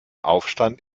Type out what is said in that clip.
aufstand